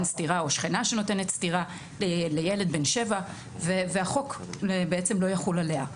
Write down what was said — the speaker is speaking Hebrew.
סטירה או שכנה שנותנת סטירה לילד בן שבע והחוק בעצם לא יחול עליה.